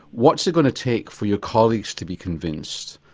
what's it going to take for your colleagues to be convinced?